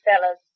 fellas